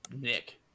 Nick